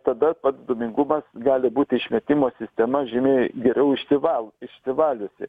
tada dūmingumas gali būti išmetimo sistema žymiai geriau išsivalo išsivaliusi